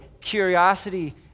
curiosity